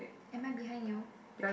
am I behind you